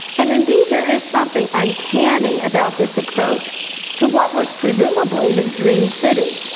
and indeed there is something uncanny about this approach to what was presumably his dream city.